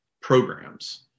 programs